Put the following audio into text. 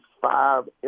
five